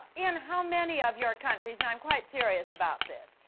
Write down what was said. in how many of your countries, and i'm quite serious about this,